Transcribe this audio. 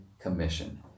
Commission